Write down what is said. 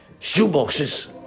shoeboxes